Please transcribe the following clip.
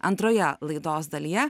antroje laidos dalyje